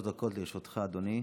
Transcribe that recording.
אדוני.